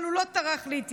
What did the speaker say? אבל הוא לא טרח להתייעץ.